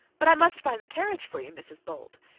but i must find the carriage for you, mrs bold,